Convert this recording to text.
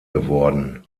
geworden